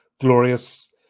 glorious